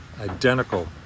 identical